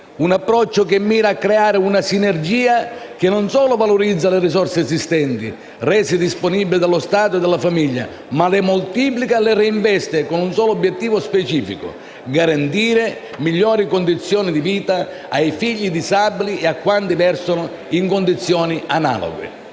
un approccio che mira a creare una sinergia che non solo valorizza le risorse esistenti, rese disponibili dallo Stato e dalla famiglia, ma le moltiplica e le reinveste, con un solo obiettivo specifico: garantire migliori condizioni di vita ai figli disabili e a quanti versano in condizioni analoghe.